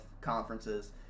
conferences